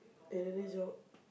another job